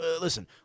listen